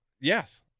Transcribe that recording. yes